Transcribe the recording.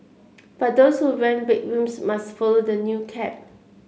but those who rent bedrooms must follow the new cap